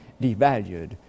devalued